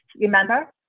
remember